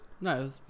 No